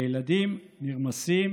הילדים נרמסים,